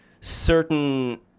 certain